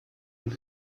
und